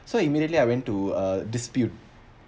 so immediately I went to uh dispute